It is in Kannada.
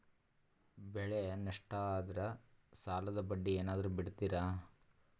ಬೆಳೆ ನಷ್ಟ ಆದ್ರ ಸಾಲದ ಬಡ್ಡಿ ಏನಾದ್ರು ಬಿಡ್ತಿರಾ?